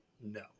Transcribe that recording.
no